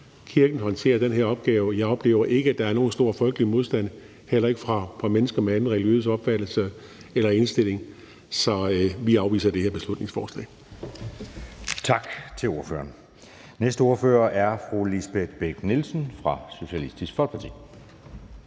Kirken håndterer den her opgave, og jeg oplever ikke, at der er nogen stor folkelig modstand, heller ikke fra mennesker med anden en religiøs opfattelse eller indstilling, så vi afviser det her beslutningsforslag. Kl. 12:58 Anden næstformand (Jeppe Søe): Tak til ordføreren. Næste ordfører er fru Lisbeth Bech-Nielsen fra Socialistisk Folkeparti.